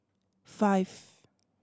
five